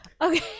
Okay